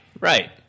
Right